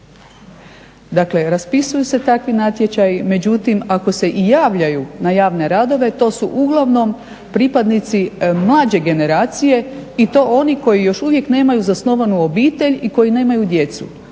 Dakle, raspisuju se takvi natječaji međutim ako se i javljaju na javne radove to su uglavnom pripadnici mlađe generacije i to oni koji još uvijek nemaju zasnovanu obitelj i koji nemaju djecu.